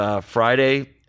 Friday